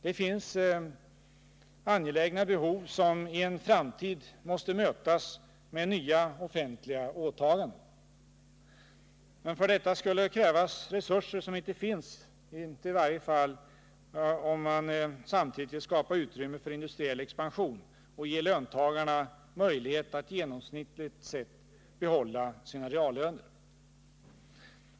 Det finns angelägna behov, som i en framtid måste mötas med nya offentliga åtaganden. Men för detta skulle krävas resurser, som inte finns — i varje fall inte om man samtidigt vill skapa utrymme för industriell expansion och ge löntagarna möjlighet att genomsnittligt sett behålla sina reallöner.